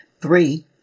Three